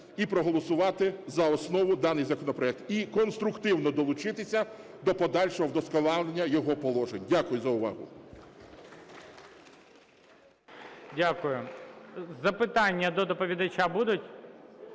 і проголосувати за основу даний законопроект і конструктивно долучитися до подальшого вдосконалення його положень. Дякую за увагу.